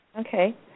Okay